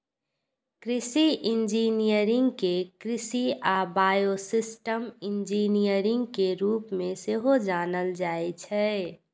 कृषि इंजीनियरिंग कें कृषि आ बायोसिस्टम इंजीनियरिंग के रूप मे सेहो जानल जाइ छै